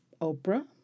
Oprah